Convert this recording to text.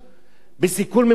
בסיכול ממוקד.